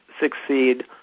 succeed